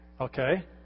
Okay